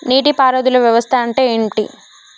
నీటి పారుదల వ్యవస్థ అంటే ఏంటి?